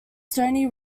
stony